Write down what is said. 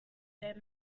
their